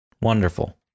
wonderful